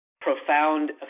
profound